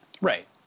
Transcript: Right